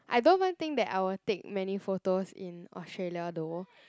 I don't even think that I will take many photos in Australia though